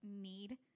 need